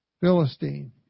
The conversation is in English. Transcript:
Philistine